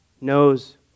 knows